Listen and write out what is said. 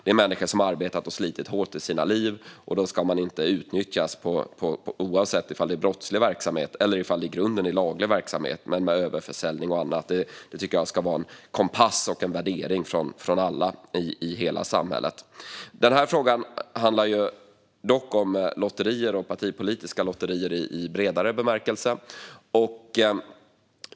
Det är människor som har arbetat och slitit hårt i sina liv, och de ska inte utnyttjas - oavsett om det handlar om brottslig verksamhet eller i grunden laglig verksamhet men med överförsäljning och annat. Det tycker jag ska vara en kompass och en värdering hos alla i hela samhället. Den här frågan handlar dock om lotterier och partipolitiska lotterier i bredare bemärkelse.